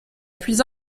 plus